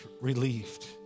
relieved